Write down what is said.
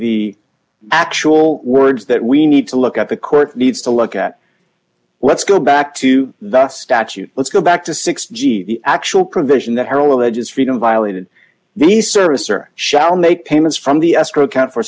the actual words that we need to look at the court needs to look at let's go back to the statute let's go back to six g the actual provision that her alleges freedom violated these service or shall make payments from the escrow account for